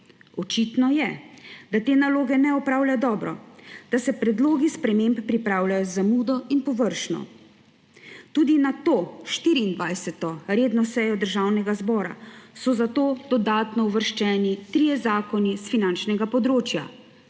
Očitno je, da te naloge ne opravlja dobro, da se predlogi sprememb pripravljajo z zamudo in površno. Tudi na to 24. redno sejo Državnega zbora so zato dodatno uvrščeni trije zakoni s finančnega področja,